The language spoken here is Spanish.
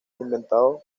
inventado